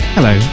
Hello